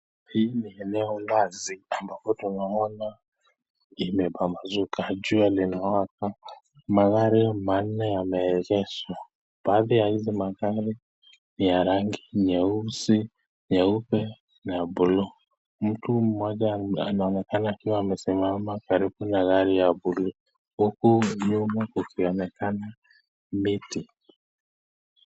Hili nie eneo wazi ambapo tunaona imepambazuka, jua limewaka magari manne yameegeshwa baadhi ya hizi magari ni ya rangi nyeusi, nyeupe na blue , mtu mmoja anaonekana akiwa amesimama karibu na gari ya blue , huku nyuma kukionekana miti.